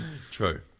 True